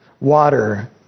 water